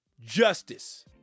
Justice